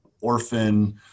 orphan